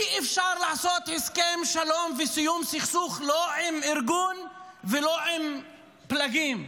אי-אפשר לעשות הסכם שלום וסיום סכסוך לא עם ארגון ולא עם פלגים.